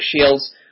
Shields